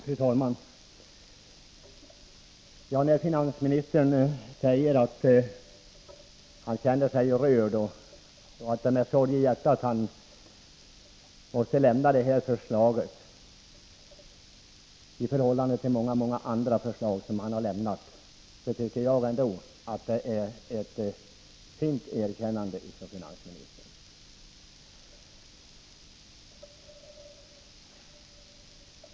Fru talman! När finansministern säger att han känner sig rörd och att det är med sorg i hjärtat han måste lämna sitt svar, tycker jag att det är ett fint erkännande.